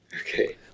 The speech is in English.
Okay